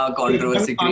controversy